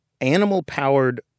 animal-powered